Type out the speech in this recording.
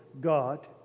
God